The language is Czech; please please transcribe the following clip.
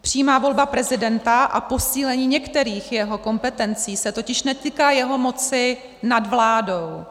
Přímá volba prezidenta a posílení některých jeho kompetencí se totiž netýká jeho moci nad vládou.